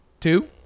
two